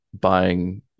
buying